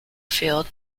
field